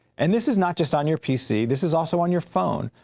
and this is not just on your p c. this is also on your phone.